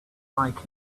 like